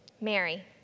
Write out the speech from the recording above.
Mary